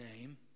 name